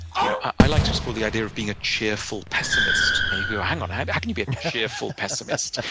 you know i like to explore the idea of being a cheerful pessimist. and you go, hang on? how and can you be a cheerful pessimist,